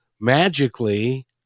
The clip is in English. magically